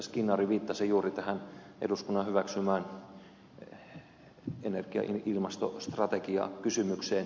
skinnari viittasi juuri tähän eduskunnan hyväksymän energia ja ilmastostrategian kysymykseen